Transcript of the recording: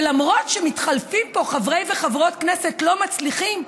ולמרות שמתחלפים פה חברי וחברות כנסת לא מצליחים,